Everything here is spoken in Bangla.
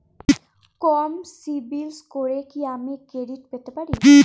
কম সিবিল স্কোরে কি আমি ক্রেডিট পেতে পারি?